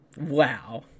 Wow